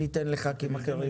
שניתן לח"כים אחרים,